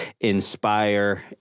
inspire